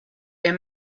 est